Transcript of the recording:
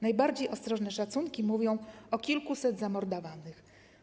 Najbardziej ostrożne szacunki mówią o kilkuset zamordowanych.